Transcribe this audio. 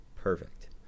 Perfect